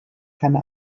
keine